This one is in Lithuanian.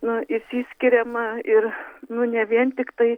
nu išsiskiriama ir nu ne vien tiktai